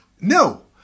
No